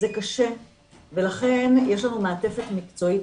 זה קשה ולכן יש לנו מעטפת מקצועית.